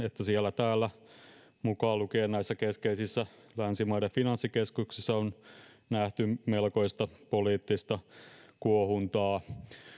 että siellä täällä mukaan lukien näissä keskeisissä länsimaiden finanssikeskuksissa on nähty melkoista poliittista kuohuntaa